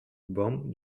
bancs